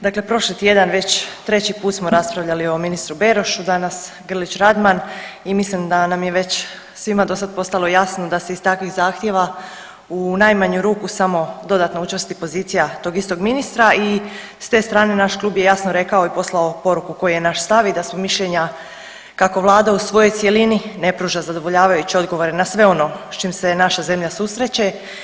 Dakle prošli tjedan već treći put smo raspravljali o ministru Berošu, danas Grlić Radman i mislim da nam je već svima do sada postalo jasno da se iz takvih zahtjeva u najmanju ruku samo dodatno učvrsti pozicija tog istog ministra i s te strane naš Klub je jasno rekao i poslao poruku koji je naš stav i da smo mišljenja kako Vlada u svojoj cjelini ne pruža zadovoljavajuće odgovore na sve ono s čim se naša zemlja susreće.